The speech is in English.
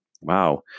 wow